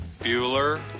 Bueller